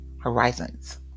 horizons